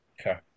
Okay